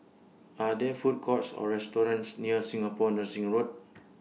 Are There Food Courts Or restaurants near Singapore Nursing Road